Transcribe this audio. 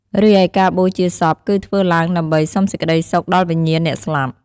រីឯការបូជាសពគឺធ្វើឡើងដើម្បីសុំសេចក្ដីសុខដល់វិញ្ញាណអ្នកស្លាប់។